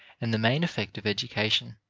and the main effect of education,